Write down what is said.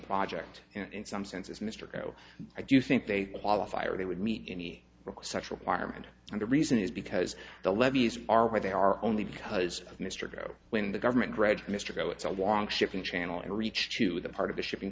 project in some sense as mr crow i do think they qualify or they would meet any such requirement and the reason is because the levees are where they are only because of mr go when the government mr goh it's a long shipping channel and reach to the part of the shipping